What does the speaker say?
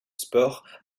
sport